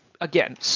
again